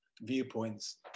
viewpoints